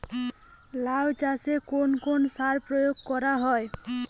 লাউ চাষে কোন কোন সার প্রয়োগ করা হয়?